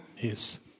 Yes